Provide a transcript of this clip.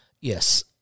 Yes